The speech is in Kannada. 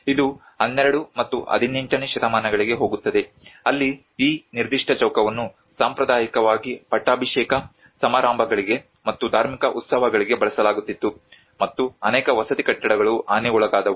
ಇದು 12 ಮತ್ತು 18 ನೇ ಶತಮಾನಗಳಿಗೆ ಹೋಗುತ್ತದೆ ಅಲ್ಲಿ ಈ ನಿರ್ದಿಷ್ಟ ಚೌಕವನ್ನು ಸಾಂಪ್ರದಾಯಿಕವಾಗಿ ಪಟ್ಟಾಭಿಷೇಕ ಸಮಾರಂಭಗಳಿಗೆ ಮತ್ತು ಧಾರ್ಮಿಕ ಉತ್ಸವಗಳಿಗೆ ಬಳಸಲಾಗುತ್ತಿತ್ತು ಮತ್ತು ಅನೇಕ ವಸತಿ ಕಟ್ಟಡಗಳು ಹಾನಿಗೊಳಗಾದವು